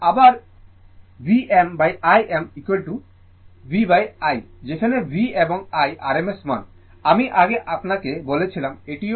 এবং আবার Vm Im v i যেখানে V এবং I rms মান আমি আগে আপনাকে বলেছিলাম